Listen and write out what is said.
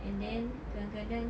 and then kadang-kadang